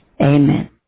Amen